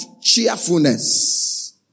cheerfulness